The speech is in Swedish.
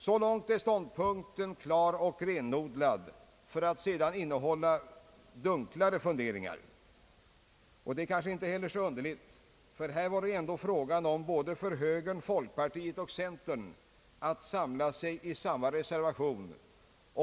Så långt är ståndpunkten klar och renodlad, för att sedan följas av dunklare funderingar. Det är kanske inte heller så underligt, ty här var det ändå fråga om både för högern, folkpartiet och centern att samla sig i en gemensam reservation.